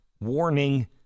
warning